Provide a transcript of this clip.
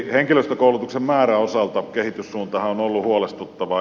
henkilöstökoulutuksen määrän osalta kehityssuuntahan on ollut huolestuttava